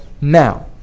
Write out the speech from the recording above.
now